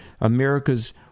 America's